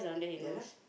ya lah